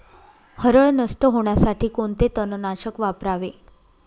हरळ नष्ट होण्यासाठी कोणते तणनाशक वापरावे?